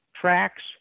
tracks